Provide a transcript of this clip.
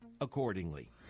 accordingly